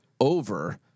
over